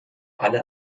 alle